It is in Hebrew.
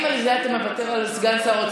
לא משנה.